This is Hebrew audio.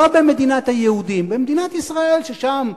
לא במדינת היהודים, במדינת ישראל שיש בה יהודים,